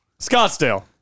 Scottsdale